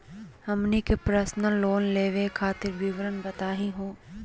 हमनी के personal loan लेवे खातीर विवरण बताही हो?